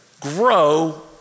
grow